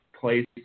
place